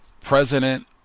President